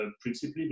principally